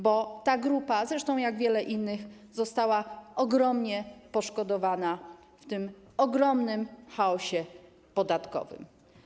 Bo ta grupa - zresztą jak wiele innych - została ogromnie poszkodowana w tym ogromnym chaosie podatkowym.